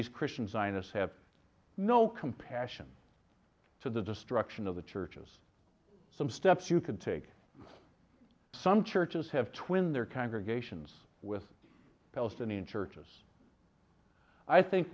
these christian zionists have no compassion to the destruction of the churches some steps you can take some churches have twin their congregations with palestinian churches i think